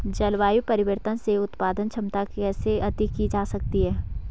जलवायु परिवर्तन से उत्पादन क्षमता कैसे अधिक की जा सकती है?